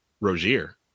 Rozier